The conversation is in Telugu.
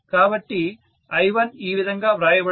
కాబట్టి I1 ఈ విధంగా వ్రాయబడుతుంది